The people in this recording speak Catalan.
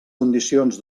condicions